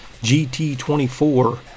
GT24